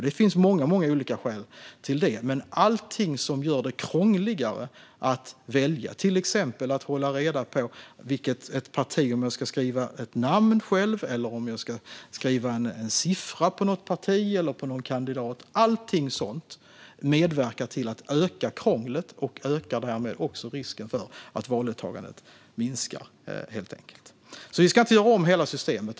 Det finns många olika skäl till detta, men allting som gör det krångligare att välja - till exempel att hålla reda på om man själv ska skriva ett namn eller om man ska skriva en siffra för något parti eller någon kandidat - medverkar till att öka krånglet. Därmed ökar det också risken för att valdeltagandet minskar. Vi ska inte göra om hela systemet.